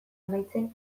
amaitzen